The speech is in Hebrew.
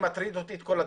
אותי מטריד כל הדברים,